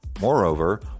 Moreover